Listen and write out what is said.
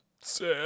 sad